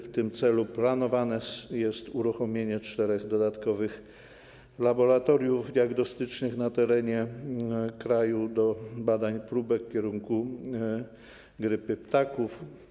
W tym celu planowane jest uruchomienie czterech dodatkowych laboratoriów diagnostycznych na terenie kraju do badań próbek w kierunku grypy ptaków.